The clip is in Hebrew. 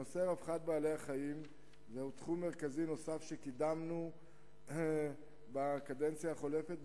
נושא רווחת בעלי-החיים הוא תחום מרכזי נוסף שקידמנו בקדנציה החולפת.